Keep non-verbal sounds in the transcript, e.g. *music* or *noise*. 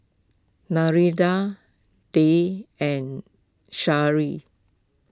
Narendra Dev and *unintelligible*